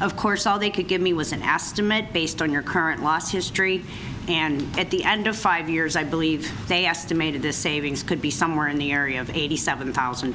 of course all they could give me was an aston based on your current loss history and at the end of five years i believe they estimated the savings could be somewhere in the area of eighty seven thousand